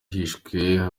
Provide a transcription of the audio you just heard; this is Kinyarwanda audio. hishwe